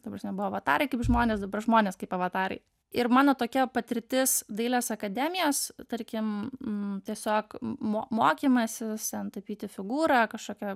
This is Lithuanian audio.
ta prasme buvo avatarai kaip žmonės dabar žmonės kaip avatarai ir mano tokia patirtis dailės akademijos tarkim tiesiog mo mokymasis ten tapyti figūrą kažkokią